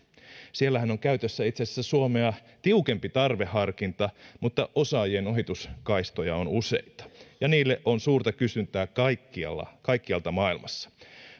siellähän on käytössä itse asiassa suomea tiukempi tarveharkinta mutta osaajien ohituskaistoja on useita ja niille on suurta kysyntää kaikkialta maailmassa